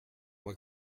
moi